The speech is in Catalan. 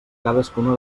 cadascuna